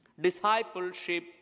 Discipleship